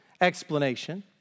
explanation